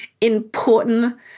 important